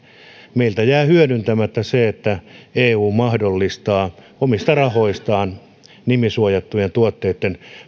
meiltä jää hyödyntämättä se että eu mahdollistaa omista rahoistaan nimisuojattujen tuotteiden